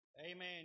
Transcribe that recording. Amen